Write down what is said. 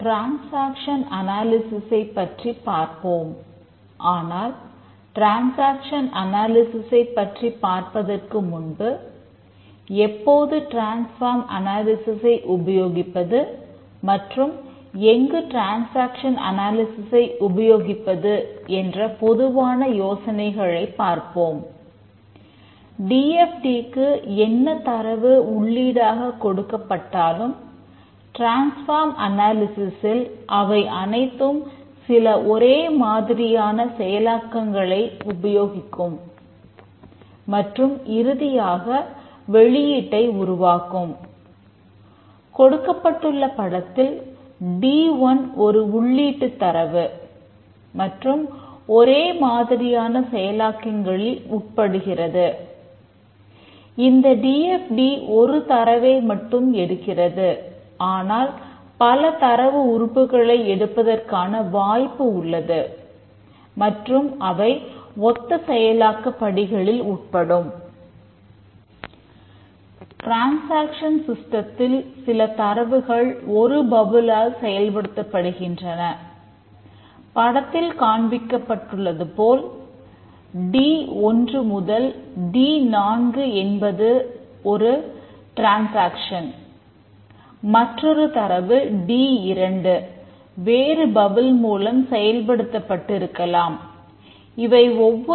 transaction அனாலிசிஸைப் ஒரு தரவை மட்டும் எடுக்கிறது ஆனால் பல தரவு உறுப்புகளை எடுப்பதற்கான வாய்ப்பு உள்ளது மற்றும் அவை ஒத்த செயலாக்கப் படிகளில் உட்படும்